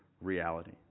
reality